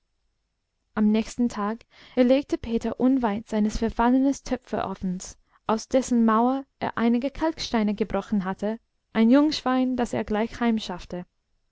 am nächsten tag erlegte peter unweit seines verfallenen töpferofens aus dessen mauer er einige kalksteine gebrochen hatte ein jungschwein das er gleich